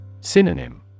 Synonym